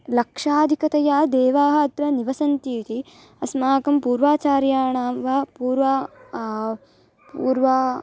लक्षाधिकतया देवाः अत्र निवसन्ति इति अस्माकं पूर्वाचार्याणाम् वा पूर्वं पूर्वं